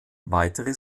weitere